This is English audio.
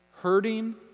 hurting